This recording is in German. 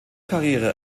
karriere